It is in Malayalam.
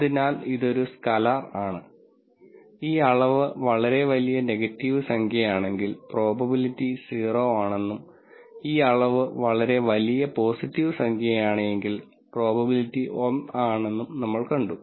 അതിനാൽ ഇതൊരു സ്കലാർ ആണ് ഈ അളവ് വളരെ വലിയ നെഗറ്റീവ് സംഖ്യയാണെങ്കിൽ പ്രോബബിലിറ്റി 0 ആണെന്നും ഈ അളവ് വളരെ വലിയ പോസിറ്റീവ് സംഖ്യയാണെങ്കിൽ പ്രോബബിലിറ്റി 1 ആണെന്നും നമ്മൾ കണ്ടു